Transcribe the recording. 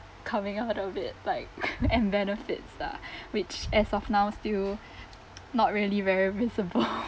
coming out of it like and benefits ah which as of now still not really very visible